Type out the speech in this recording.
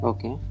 Okay